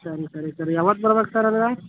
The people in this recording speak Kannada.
ಸರಿ ಸರಿ ಸರಿ ಯಾವತ್ತು ಬರ್ಬೇಕು ಸರ್ ಆದರೆ